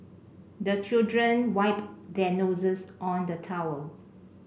the children wipe their noses on the towel